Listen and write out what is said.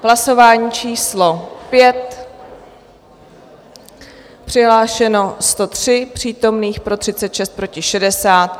Hlasování číslo 5, přihlášeno 103 přítomných, pro 36, proti 60.